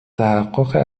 تحقق